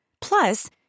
Plus